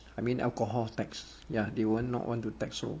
I mean alcohol tax ya they won't want to tax so